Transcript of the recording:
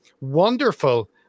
wonderful